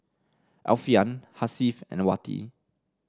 Alfian Hasif and Wati